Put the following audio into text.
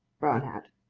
brown hat.